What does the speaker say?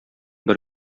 бер